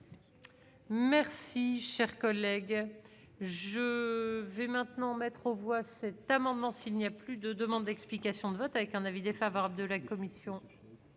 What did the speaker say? Merci, cher collègue. Je vais maintenant mettre aux voix, cet amendement, s'il n'y a plus de demandes d'explications de vote avec un avis défavorable de la commission.